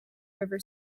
river